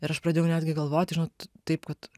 ir aš pradėjau netgi galvoti žinot taip kad